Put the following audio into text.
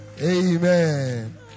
Amen